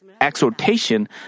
exhortation